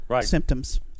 symptoms